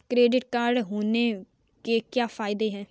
Credit card होने के क्या फायदे हैं?